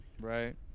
right